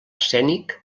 escènic